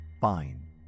Fine